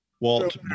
Walt